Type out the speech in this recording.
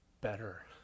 better